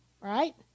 right